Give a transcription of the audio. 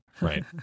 Right